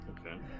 Okay